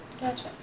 Gotcha